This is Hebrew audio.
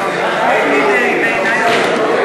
הנה, היא ביקשה.